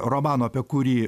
romano apie kurį